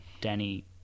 Danny